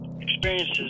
experiences